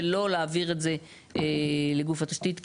ולא להעביר את זה לגוף התשתית,